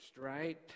right